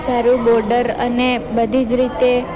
સારું બોડર અને બધી જ રીતે